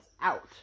out